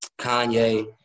Kanye